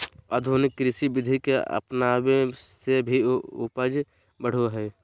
आधुनिक कृषि विधि के अपनाबे से भी उपज बढ़ो हइ